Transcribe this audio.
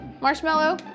Marshmallow